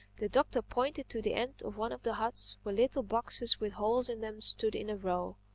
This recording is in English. the doctor pointed to the end of one of the huts where little boxes with holes in them stood in a row.